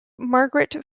margaret